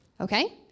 Okay